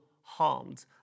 harmed